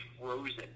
frozen